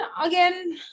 again